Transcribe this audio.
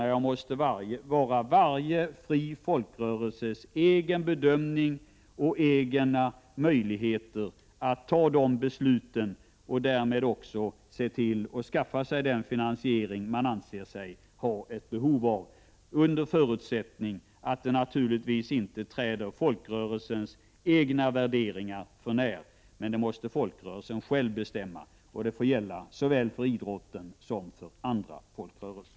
Varje fri folkrörelse måste, menar jag, ha egna möjligheter att göra de bedömningarna och att ta de besluten — naturligtvis under förutsättning att det inte träder folkrörelsens egna värderingar för när. Detta måste dock folkrörelsen själv bestämma — det får gälla såväl för idrotten som för andra folkrörelser.